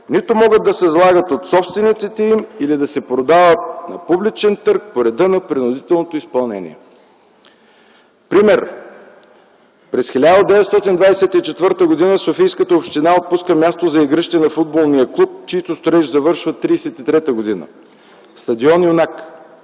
нито могат да се залагат от собствениците им или да се продават на публичен търг по реда на принудителното изпълнение. Пример: през 1924 г. Софийска община отпуска място за игрище на футболния клуб, чийто строеж завършва 1933 г. – стадион „Юнак”,